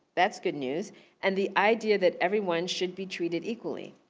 that's good news and the idea that everyone should be treated equally.